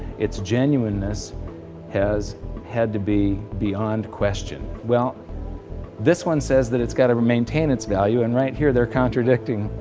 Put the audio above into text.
its genuineness has had to be beyond question well this one says that it's got to maintain its value and right here they're contradicting